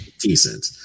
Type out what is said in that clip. decent